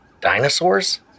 Dinosaurs